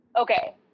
Okay